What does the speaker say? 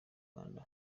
rwanda